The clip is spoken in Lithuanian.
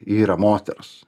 yra moters